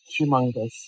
humongous